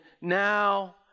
now